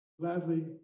gladly